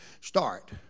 Start